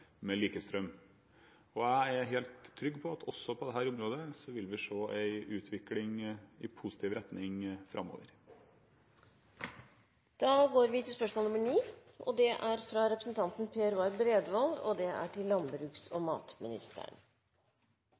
med likestrøm. Jeg er helt trygg på at også på dette området vil vi se en utvikling i positiv retning framover. Jeg ønsker å stille følgende spørsmål til landbruks- og matministeren: